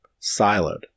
siloed